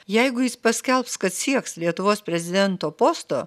jeigu jis paskelbs kad sieks lietuvos prezidento posto